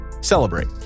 celebrate